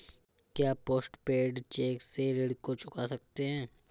क्या post paid cheque से ऋण को चुका सकते हैं?